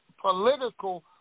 political